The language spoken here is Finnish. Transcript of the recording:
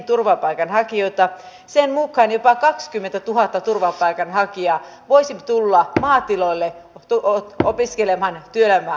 välikysymyksessä on käyty läpi useita esimerkkejä siitä minkälaisiin tilanteisiin tämä on johtanut